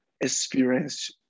experience